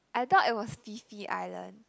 I thought it was Phi-Phi island